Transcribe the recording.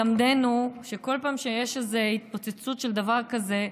ללמדנו שכל פעם שיש איזו התפוצצות של דבר כזה,